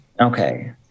Okay